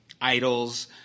idols